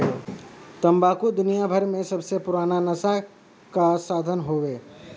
तम्बाकू दुनियाभर मे सबसे पुराना नसा क साधन हउवे